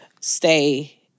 stay